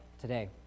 today